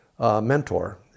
Mentor